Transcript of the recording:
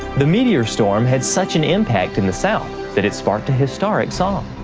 the meteor storm had such an impact in the south that it sparked a historic song.